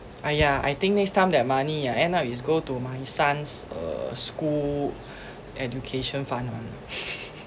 !aiya! I think next time that money ah end up is go to my son's uh school education fund [one]